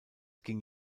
ging